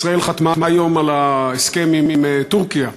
ישראל חתמה היום על ההסכם עם טורקיה,